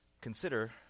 Consider